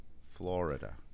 Florida